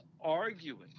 arguing